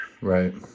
Right